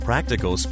Practical